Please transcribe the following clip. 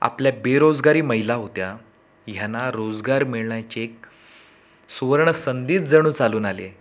आपल्या बेरोजगार महिला होत्या ह्यांना रोजगार मिळण्याचे एक सुवर्णसंधीच जणू चालून आली आहे